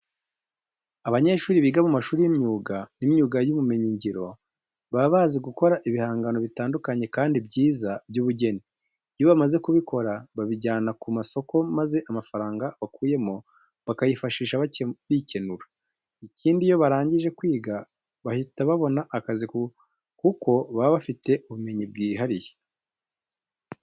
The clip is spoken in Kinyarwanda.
Abanyeshuri biga mu mashuri y'imyuga n'ubumenyingiro baba bazi gukora ibihangano bitandukanye kandi byiza by'ubugeni. Iyo bamaze kubikora babijyana ku masoko maze amafaranga bakuyemo bakayifashisha bikenura. Ikindi, iyo barangije kwiga bahita babona akazi kuko baba bafite ubumenyi bwihariye.